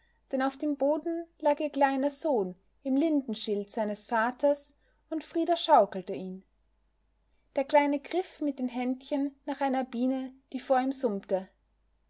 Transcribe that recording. denn auf dem boden lag ihr kleiner sohn im lindenschild seines vaters und frida schaukelte ihn der kleine griff mit den händchen nach einer biene die vor ihm summte